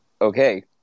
okay